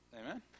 Amen